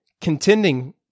contending